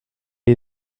est